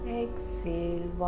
exhale